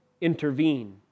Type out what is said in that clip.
intervene